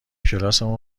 کلاسمون